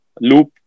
Loop